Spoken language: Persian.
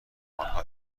آنها